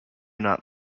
not